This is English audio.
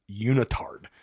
unitard